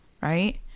right